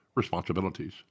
responsibilities